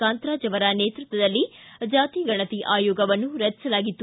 ಕಾಂತರಾಜ್ ಅವರ ನೇತೃತ್ವದಲ್ಲಿ ಜಾತಿ ಗಣತಿ ಆಯೋಗವನ್ನು ರಚಿಸಲಾಗಿತ್ತು